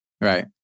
Right